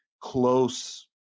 close